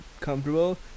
comfortable